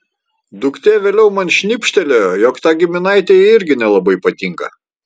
duktė vėliau man šnibžtelėjo jog ta giminaitė jai irgi nelabai patinka